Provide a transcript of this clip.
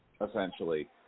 essentially